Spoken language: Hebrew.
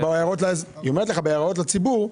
בהערות לציבוא,